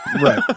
right